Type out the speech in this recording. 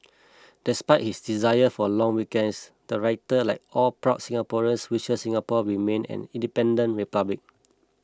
despite his desire for long weekends the writer like all proud Singaporeans wishes Singapore remain an independent republic